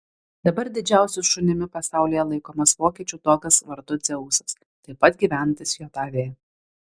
dabar didžiausiu šunimi pasaulyje laikomas vokiečių dogas vardu dzeusas taip pat gyvenantis jav